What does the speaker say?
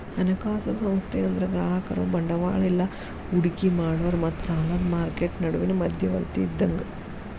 ಹಣಕಾಸು ಸಂಸ್ಥೆ ಅಂದ್ರ ಗ್ರಾಹಕರು ಬಂಡವಾಳ ಇಲ್ಲಾ ಹೂಡಿಕಿ ಮಾಡೋರ್ ಮತ್ತ ಸಾಲದ್ ಮಾರ್ಕೆಟ್ ನಡುವಿನ್ ಮಧ್ಯವರ್ತಿ ಇದ್ದಂಗ